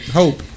hope